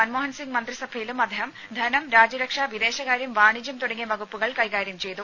മൻമോഹൻ സിംഗ് മന്ത്രിസഭയിലും അദ്ദേഹം ധനം രാജ്യരക്ഷ വിദേശകാര്യം വാണിജ്യം തുടങ്ങിയ വകുപ്പുകൾ കൈകാര്യം ചെയ്തു